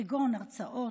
כגון הרצאות,